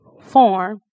form